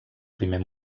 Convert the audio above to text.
primer